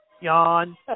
Yawn